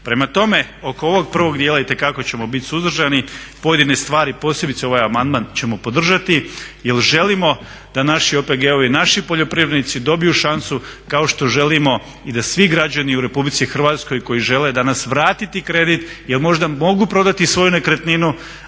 Prema tome, oko ovog prvog dijela itekako ćemo biti suzdržani, pojedine ove stvari posebice ovaj amandman ćemo podržati jel želimo da naši OPG-ovi, naši poljoprivrednici dobiju šansu kao što želimo i da svi građani u RH koji žele danas vratiti kredit jer možda mogu prodati svoju nekretninu,